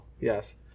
Yes